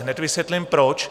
Hned vysvětlím proč.